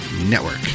Network